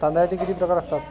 तांदळाचे किती प्रकार असतात?